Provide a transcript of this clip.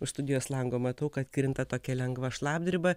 už studijos lango matau kad krinta tokia lengva šlapdriba